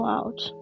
out